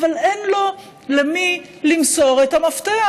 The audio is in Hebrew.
אבל אין לו למי למסור את המפתח.